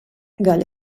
gall